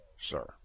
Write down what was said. sir